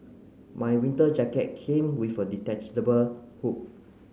my winter jacket came with a detachable hood